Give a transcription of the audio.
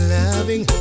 loving